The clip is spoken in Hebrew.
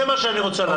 זה מה שאני רוצה לדעת.